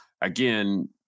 again